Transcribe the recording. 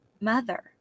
mother